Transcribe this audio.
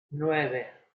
nueve